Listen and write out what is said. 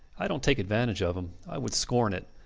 i dont take advantage of him. i would scorn it.